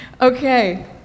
Okay